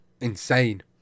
insane